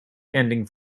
ending